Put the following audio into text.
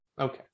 Okay